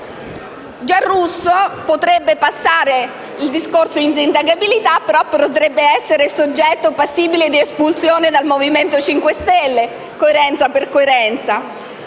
Giarrusso potrebbe valere il discorso dell'insindacabilità, ma potrebbe essere soggetto passibile di espulsione dal Movimento 5 Stelle, coerenza per coerenza.